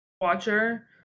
Watcher